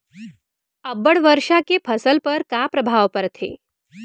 अब्बड़ वर्षा के फसल पर का प्रभाव परथे?